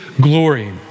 glory